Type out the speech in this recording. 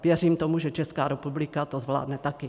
Věřím tomu, že Česká republika to zvládne taky.